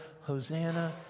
Hosanna